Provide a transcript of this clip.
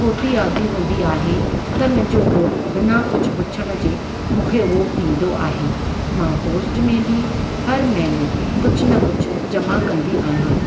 खोटी आदि हूंदी आहे त मुंहिंजो घोटु बिना कंहिं पुछण जे मूंखे उहो ॾींदो आहे मां पोस्ट में बि हर महीने कुझु न कुझु जमा कंदी आहियां